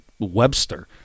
Webster